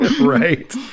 Right